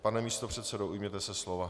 Pane místopředsedo, ujměte se slova.